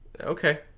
Okay